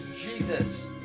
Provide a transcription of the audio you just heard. Jesus